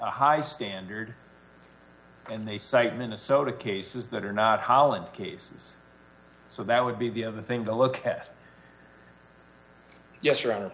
a high standard and they cite minnesota cases that are not holland cases so that would be the other thing to look at ye